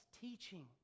teaching